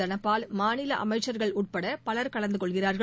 தனபால் மாநிலஅமைச்சர்கள் உட்படபலர் கலந்த கொள்கிறார்கள்